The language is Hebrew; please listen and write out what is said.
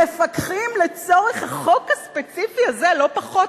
מפקחים לצורך החוק הספציפי הזה, לא פחות.